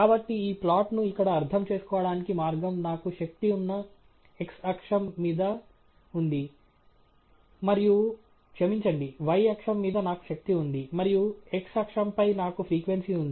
కాబట్టి ఈ ప్లాట్ను ఇక్కడ అర్థం చేసుకోవడానికి మార్గం నాకు శక్తి ఉన్న x అక్షం మీద ఉంది మరియు క్షమించండి y అక్షం మీద నాకు శక్తి ఉంది మరియు x అక్షం పై నాకు ఫ్రీక్వెన్సీ ఉంది